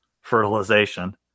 fertilization